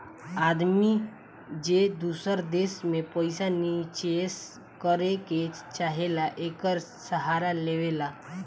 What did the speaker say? आदमी जे दूसर देश मे पइसा निचेस करे के चाहेला, एकर सहारा लेवला